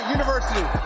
University